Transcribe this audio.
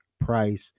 price